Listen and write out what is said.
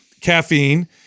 caffeine